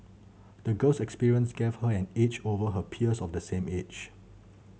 the girl's experience gave her an edge over her peers of the same age